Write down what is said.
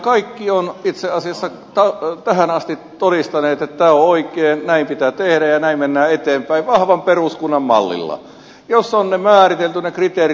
kaikki ovat itse asiassa tähän asti todistaneet että tämä on oikein näin pitää tehdä ja näin mennään eteenpäin vahvan peruskunnan mallilla jossa on määritelty ne kriteerit